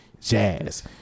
jazz